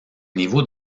niveaux